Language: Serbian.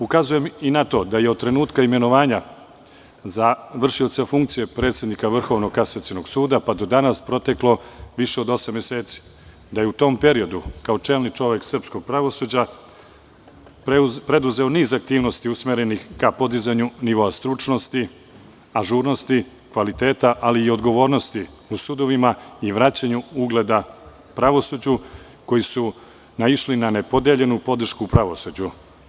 Ukazujem i na to da je od trenutka imenovanja za vršioca funkcije predsednika Vrhovnog kasacionog suda pa do danas proteklo više od osam meseci, da je u tom periodu kao čelni čovek srpskog pravosuđa preduzeo niz aktivnosti usmerenih ka podizanju nivoa stručnosti, ažurnosti, kvaliteta, ali i odgovornosti u sudovima i vraćanju ugleda pravosuđu, koji su naišli na nepodeljenu podršku u pravosuđu.